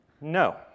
No